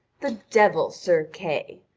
the devil, sir kay,